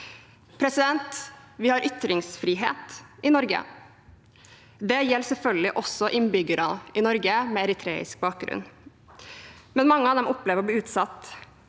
regime. Vi har ytringsfrihet i Norge. Det gjelder selvfølgelig også innbyggere i Norge med eritreisk bakgrunn, men mange av dem opplever å bli utsatt